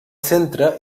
centre